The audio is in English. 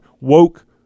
Woke